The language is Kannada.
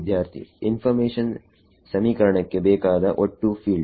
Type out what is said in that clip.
ವಿದ್ಯಾರ್ಥಿಇನ್ಫರ್ಮೇಷನ್ ಸಮೀಕರಣಕ್ಕೆ ಬೇಕಾದ ಒಟ್ಟು ಫೀಲ್ಡ್